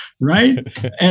right